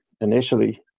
initially